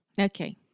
Okay